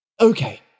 Okay